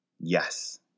yes